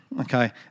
Okay